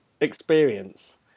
experience